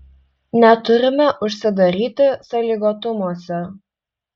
neturime užsidaryti sąlygotumuose